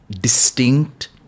distinct